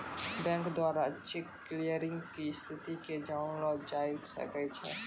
bank द्वारा cheque clearing के स्थिति के जानलो जाय सकै छै